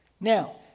Now